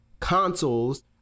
Consoles